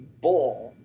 Bull